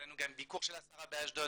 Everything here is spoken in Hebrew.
היה לנו גם ביקור של השרה באשדוד